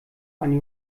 ein